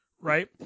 Right